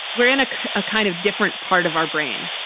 we're in a ah kind of different part of our brain.